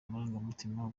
amarangamutima